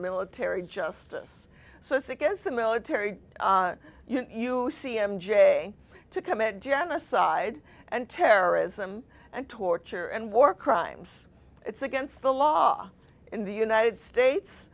military justice so it's against the military you see m j to commit genocide and terrorism and torture and war crimes it's against the law in the united states